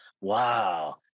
Wow